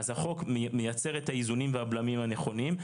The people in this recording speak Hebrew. החוק מייצר את האיזונים והבלמים הנכונים,